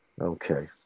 Okay